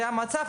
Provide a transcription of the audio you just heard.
זה המצב.